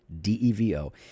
d-e-v-o